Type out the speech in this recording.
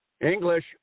English